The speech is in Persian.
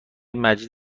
مجید